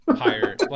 higher